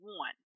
one